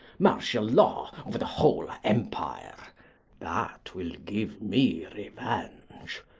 martial law over the whole empire that will give me revenge.